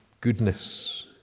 goodness